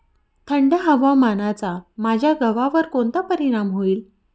थंड हवामानाचा माझ्या गव्हावर कोणता परिणाम होईल?